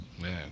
man